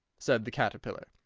said the caterpillar.